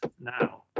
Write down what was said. now